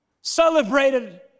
celebrated